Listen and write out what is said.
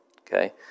Okay